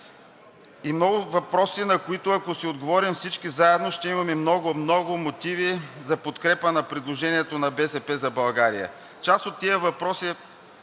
И много въпроси, на които, ако си отговорим всички заедно, ще имаме много, много мотиви за подкрепа на предложението на „БСП за България“. Част от тези въпроси